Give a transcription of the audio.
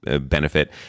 benefit